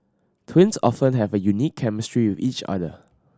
twins often have a unique chemistry with each other